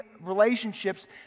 relationships